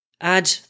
add